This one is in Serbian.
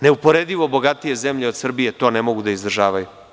Neuporedivo bogatije zemlje od Srbije to ne mogu da izdržavaju.